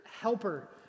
Helper